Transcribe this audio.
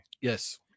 Yes